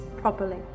properly